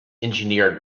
engineered